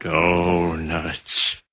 Donuts